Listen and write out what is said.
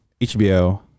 HBO